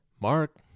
Mark